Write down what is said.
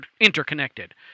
interconnected